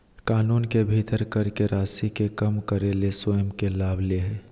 कानून के भीतर कर के राशि के कम करे ले स्वयं के लाभ ले हइ